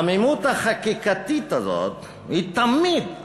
העמימות החקיקתית הזאת תמיד,